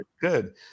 Good